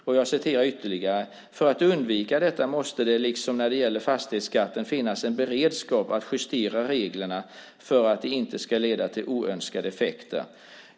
Jag ska citera något ytterligare: "För att undvika detta måste det, liksom när det gäller fastighetsskatten, finnas en beredskap att justera reglerna för att de inte ska leda till oönskade effekter."